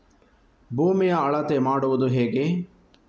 ಭೂಮಿಯ ಅಳತೆ ಮಾಡುವುದು ಹೇಗೆ?